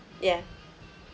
ya